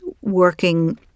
working